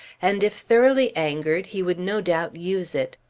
and if thoroughly angered he would no doubt use it.